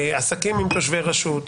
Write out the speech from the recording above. עסקים עם תושבי רשות,